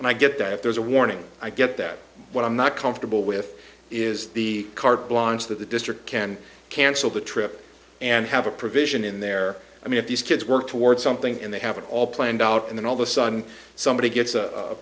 and i get that there's a warning i get that what i'm not comfortable with is the carte blanche that the district can cancel the trip and have a provision in there i mean if these kids work toward something and they have it all planned out and then all the son somebody gets a